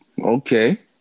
Okay